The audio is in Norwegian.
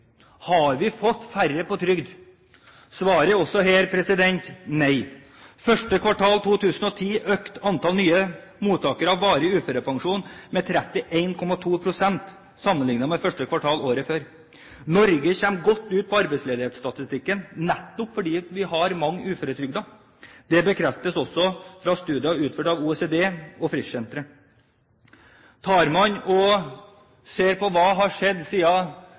Har vi fått færre på trygd? Svaret er også her nei. Første kvartal 2010 økte antallet nye mottakere av varig uførepensjon med 31,2 pst. sammenliknet med første kvartal året før. Norge kommer godt ut på arbeidsledighetsstatistikken nettopp fordi vi har mange uføretrygdede. Det bekreftes også fra studier utført av OECD og Frischsenteret. Ser man på hva som har skjedd